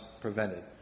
prevented